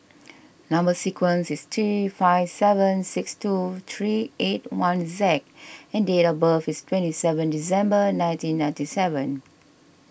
Number Sequence is T five seven six two three eight one Z and date of birth is twenty seven December nineteen ninety seven